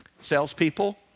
Salespeople